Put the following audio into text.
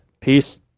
peace